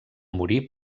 morir